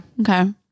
Okay